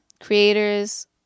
Creators